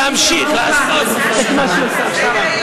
להמשיך לעשות את מה שהיא עושה עכשיו,